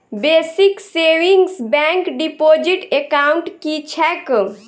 Basic savings bank deposit account की छैक?